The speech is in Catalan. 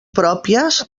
pròpies